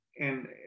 and-